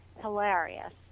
hilarious